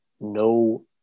no